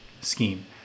scheme